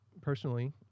personally